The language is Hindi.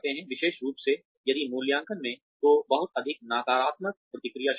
विशेष रूप से यदि मूल्यांकन में तो बहुत अधिक नकारात्मक प्रतिक्रिया शामिल है